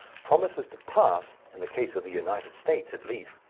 promises to pass, in the case of the united states at least,